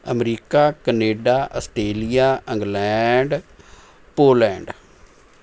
America Canada Australia England Poland